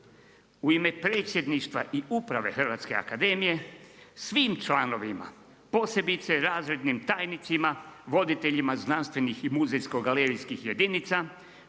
u ime Predsjedništva i Uprave Hrvatske akademije, svim članovima, posebice razrednim tajnicima, voditeljima znanstvenih i muzejsko-galerijskih jedinica,